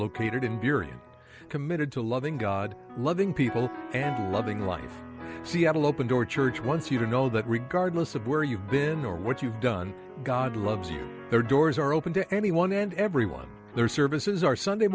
located in your committed to loving god loving people and loving life seattle open door church once you know that regardless of where you've been or what you've done god loves you there doors are open to anyone and everyone their services are sunday